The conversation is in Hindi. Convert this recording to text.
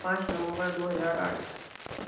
पाँच नवम्बर दो हज़ार आठ